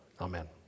amen